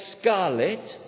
scarlet